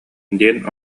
диэн